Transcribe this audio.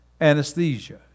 anesthesia